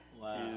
Wow